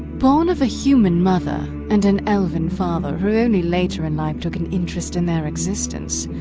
born of a human mother and an elven father who only later in life took an interest in their existence,